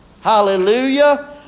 Hallelujah